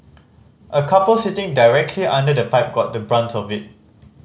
a couple sitting directly under the pipe got the brunt of it